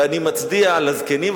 אני מצדיע לזקנים,